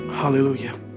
Hallelujah